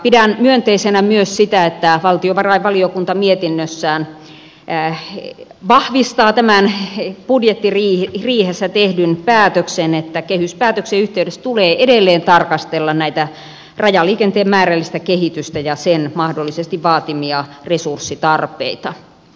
pidän myönteisenä myös sitä että valtiovarainvaliokunta mietinnössään vahvistaa tämän budjettiriihessä tehdyn päätöksen että kehyspäätöksen yhteydessä tulee edelleen tarkastella rajaliikenteen määrällistä kehitystä ja sen mahdollisesti vaatimia resurssitarpeita